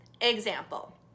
Example